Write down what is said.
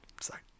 sorry